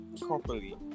properly